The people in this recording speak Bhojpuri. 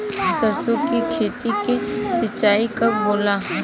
सरसों की खेती के सिंचाई कब होला?